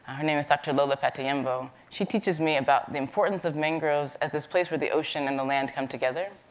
her name is dr. lola fatoyinbo. she teaches me about the importance of mangroves as this place where the ocean and the land come together.